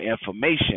information